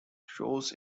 shows